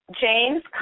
James